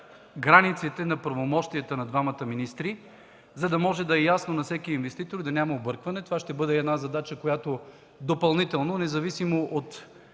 границите на правомощията на двамата министри, за да е ясно на всеки инвеститор и да няма объркване? Това ще бъде задача, която допълнително, независимо от